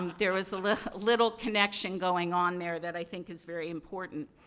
um there was a little little connection going on there that i think is very important.